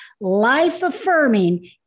life-affirming